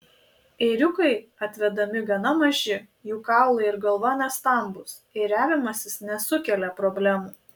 ėriukai atvedami gana maži jų kaulai ir galva nestambūs ėriavimasis nesukelia problemų